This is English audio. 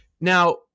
now